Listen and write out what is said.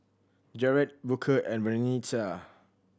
Jarett Booker and Vernita